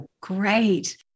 Great